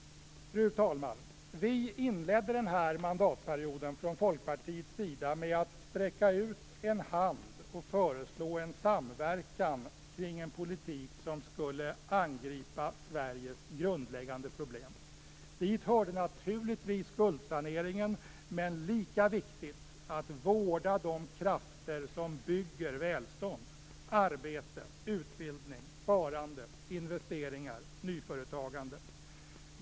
Fru talman! Vi inledde från Folkpartiets sida den här mandatperioden med att sträcka ut en hand och föreslå en samverkan kring en politik som skulle angripa Sveriges grundläggande problem. Dit hörde naturligtvis skuldsaneringen, men lika viktigt var att vårda de krafter som bygger välstånd: arbete, utbildning, sparande, investeringar, nyföretagande.